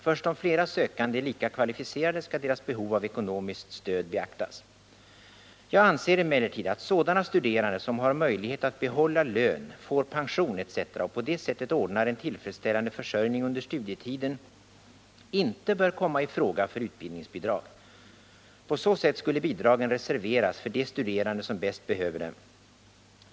Först om flera sökande är lika kvalificerade skall deras behov av ekonomiskt stöd beaktas. Jag anser emellertid att sådana studerande som har möjlighet att behålla lön, får pension etc. och på det sättet ordnar en tillfredsställande försörjning under studietiden inte bör komma i fråga för utbildningsbidrag. På så sätt skulle bidragen reserveras för de studerande som bäst behöver dem.